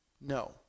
No